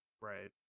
Right